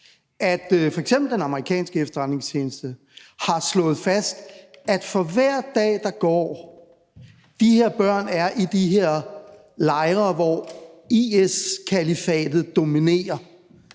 at f.eks. den amerikanske efterretningstjeneste har slået fast, at for hver dag, der går med, at de her børn er i de her lejre, hvor IS-kalifatet dominerer